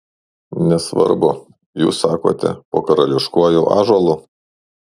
nesvarbu jūs sakote po karališkuoju ąžuolu